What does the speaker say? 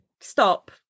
stop